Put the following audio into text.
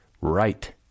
right